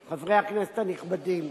חבר הכנסת הנכבדים,